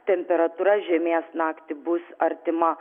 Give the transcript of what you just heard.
temperatūra žemės naktį bus artima